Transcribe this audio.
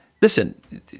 listen